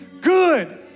good